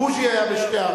בוז'י היה בשתי,